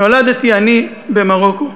נולדתי אני במרוקו.